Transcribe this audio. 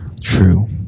true